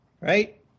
Right